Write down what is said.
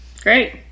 Great